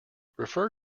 refer